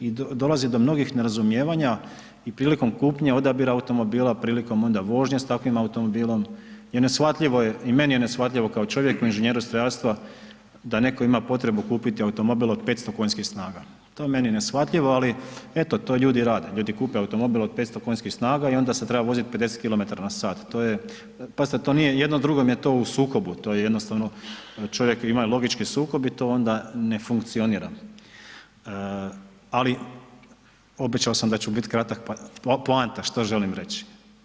i dolazi do mnogih nerazumijevanja i prilikom kupnje odabira automobila prilikom onda vožnje s takvim automobilom i neshvatljivo je, i meni je neshvatljivo kao čovjeku inženjeru strojarstva da netko ima potrebu kupiti automobil od 500 KS, to je meni neshvatljivo, ali eto to ljudi rade, ljudi kupe automobil od 500 KS i onda sad treba voziti 50 km/h, to je, pazite to nije, jedno drugom je to u sukobu, to je jednostavno, čovjek ima logički sukob i to onda ne funkcionira, ali obećao sam da ću bit kratak, poanta što želim reći.